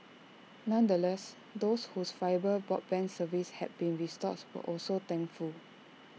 nonetheless those whose fibre broadband service had been restored were also thankful